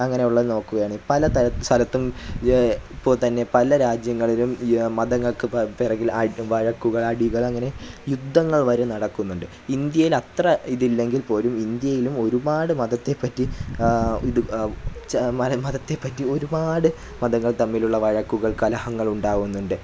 അങ്ങനെയുള്ള നോക്കുകയാണ് പല സ്ഥലത്തും ഇപ്പോൾ തന്നെ പല രാജ്യങ്ങളിലും മതങ്ങൾക്ക് പുറകിൽ ആ വഴക്കുകൾ അടികൾ അങ്ങനെ യുദ്ധങ്ങൾ വരെ നടക്കുന്നുണ്ട് ഇന്ത്യയിൽ അത്ര ഇതില്ലെങ്കിൽ പോലും ഇന്ത്യയിലും ഒരുപാട് മതത്തെപ്പറ്റി ഇത് മതത്തെപ്പറ്റി ഒരുപാട് മതങ്ങൾ തമ്മിലുള്ള വഴക്കുകൾ കലഹങ്ങളുണ്ടാകുന്നുണ്ട്